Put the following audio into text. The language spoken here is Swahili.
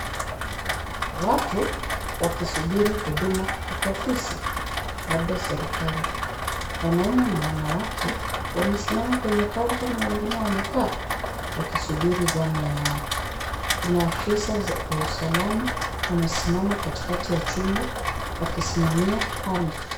Watu wakisubiri huduma katika ofisi, labda serikali. Wanaume na wanawake wamesimama kwenye kaunta na wengine wamekaa wakisubiri zamu yao. Kuna afisa wa usalama amesimama katikati ya chumba akisimamia hali.